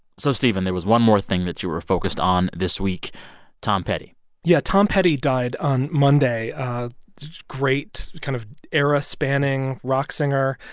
so stephen, there was one more thing that you were focused on this week tom petty yeah. tom petty died on monday great kind of era-spanning rock singer.